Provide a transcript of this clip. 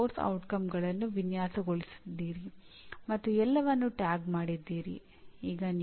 ನಾವು 12 ಪಂಕ್ತಿಗಳನ್ನು ನೀಡಿದ್ದೇವೆ